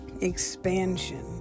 Expansion